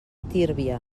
tírvia